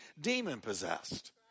demon-possessed